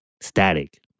static